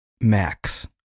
max